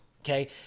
okay